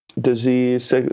disease